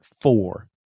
four